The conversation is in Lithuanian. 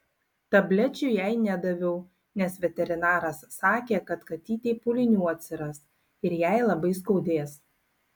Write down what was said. tablečių jai nedaviau nes veterinaras sakė kad katytei pūlinių atsiras ir jai labai skaudės